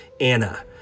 Anna